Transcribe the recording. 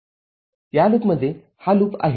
या लूपमध्ये हा लूप आहे